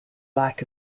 lack